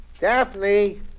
Daphne